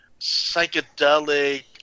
psychedelic